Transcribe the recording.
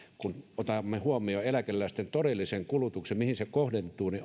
kun otamme huomioon eläkeläisten todellisen kulutuksen sen mihin se kohdentuu niin